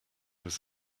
was